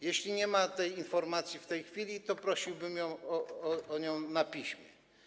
Jeśli nie ma takiej informacji w tej chwili, to prosiłbym o nią na piśmie.